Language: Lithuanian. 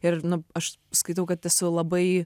ir nu aš skaitau kad esu labai